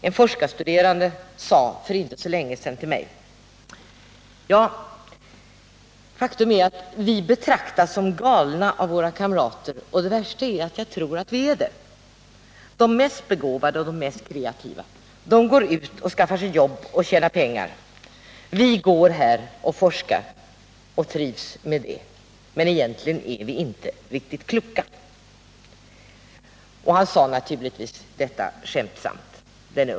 En forskarstuderande sade för inte så länge sedan till mig: Ja, faktum är att vi betraktas som galna av våra kamrater, och det värsta är att jag tror att vi är det. De mest begåvade och de mest kreativa skaffar sig jobb och tjänar pengar. Vi går här och forskar och trivs med det, men egentligen är vi inte riktigt kloka. Den unge mannen sade naturligtvis detta skämtsamt.